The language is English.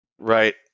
Right